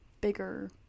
bigger